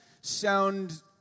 sound